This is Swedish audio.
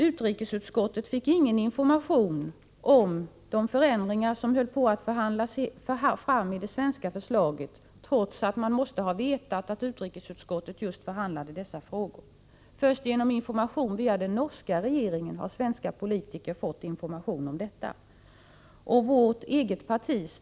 Utrikesutskottet fick ingen information om de förändringar som höll på att förhandlas fram i det svenska förslaget, trots att man måste ha vetat att utrikesutskottet just behandlade dessa frågor. Först genom information via den norska regeringen har svenska politiker fått information om detta.